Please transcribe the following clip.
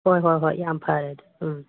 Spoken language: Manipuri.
ꯍꯣꯏ ꯍꯣꯏ ꯍꯣꯏ ꯌꯥꯝ ꯐꯔꯦ ꯑꯗꯨ ꯎꯝ